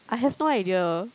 I have no idea